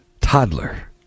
toddler